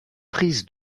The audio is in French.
prise